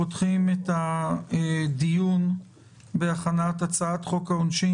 אנחנו פותחים את הדיון בהכנת הצעת חוק העונשין